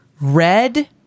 red